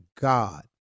God